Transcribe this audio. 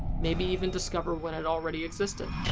maybe even discover what had already existed.